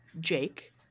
Jake